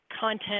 content